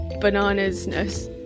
bananas-ness